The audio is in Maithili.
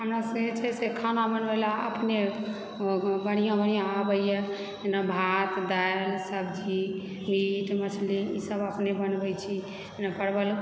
हमरासभकेँ जे छै से खाना बनबय लेल अपने बढ़िआँ बढ़िआँ आबैए जेना भात दालि सब्जी मीट मछली ईसभ अपने बनबैत छी जेना परवल